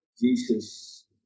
Jesus